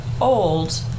old